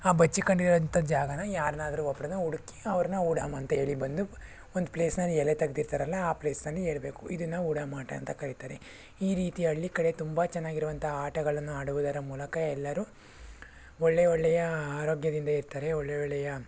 ಆ ಬಚ್ಚಿಕೊಂಡಿರೋವಂಥ ಜಾಗನ ಯಾರನ್ನಾದ್ರೂ ಒಬ್ರನ್ನು ಹುಡುಕಿ ಅವ್ರನ್ನ ಉಡಮ್ ಅಂತ ಹೇಳಿ ಬಂದು ಒಂದು ಪ್ಲೇಸ್ನಲ್ಲಿ ಎಲೆ ತೆಗೆದಿರ್ತಾರಲ್ಲ ಆ ಪ್ಲೇಸ್ನಲ್ಲಿ ಹೇಳ್ಬೇಕು ಇದನ್ನು ಉಡಮಾಟ ಅಂತ ಕರೀತಾರೆ ಈ ರೀತಿ ಹಳ್ಳಿ ಕಡೆ ತುಂಬ ಚೆನ್ನಾಗಿರುವಂಥ ಆಟಗಳನ್ನು ಆಡುವುದರ ಮೂಲಕ ಎಲ್ಲರೂ ಒಳ್ಳೆ ಒಳ್ಳೆಯ ಆರೋಗ್ಯದಿಂದ ಇರ್ತಾರೆ ಒಳ್ಳೆ ಒಳ್ಳೆಯ